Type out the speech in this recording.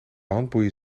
handboeien